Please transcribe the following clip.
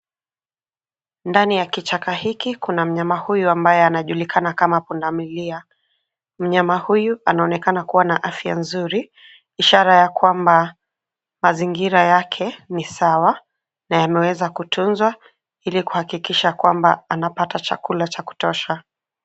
Ndani ya kuchagua hiki kuna mnyama huyu ambaye anajulikana kama pundamilia. Mnyama huyu anaonekana kuwa na afya nzuri ishara ya kwamba mazingira yake ni sawa na yameweza kutunzwa ili kuhakikisha kwamba anapata chakula cha kutosha.